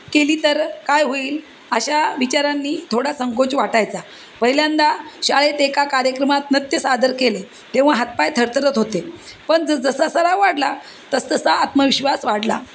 केली तर काय होईल अशा विचारांनी थोडा संकोच वाटायचा पहिल्यांदा शाळेत एका कार्यक्रमात नृत्य सादर केले तेव्हा हातपाय थरथरत होते पण जस जसा सराव वाढला तस तसा आत्मविश्वास वाढला